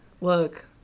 Look